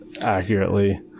accurately